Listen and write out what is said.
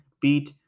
beat